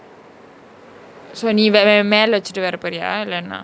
so நீ:nee ve~ ve~ மேல வச்சிட்டு வரபோரியா இல்லனா:mela vachitu varaporiyaa illanaa